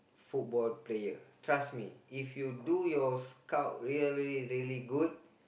football player trust me if you do your scout really really good